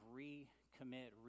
recommit